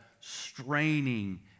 straining